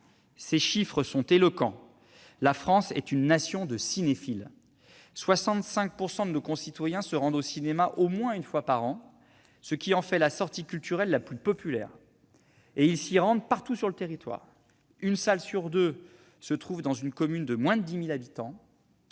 Ces chiffres sont éloquents : la France est une nation de cinéphiles. Ainsi, 65 % de nos concitoyens se rendent au cinéma au moins une fois par an, ce qui en fait la sortie culturelle la plus populaire. Et ils s'y rendent partout sur le territoire : une salle sur deux se trouve dans une commune de moins de 10 000 habitants